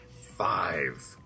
Five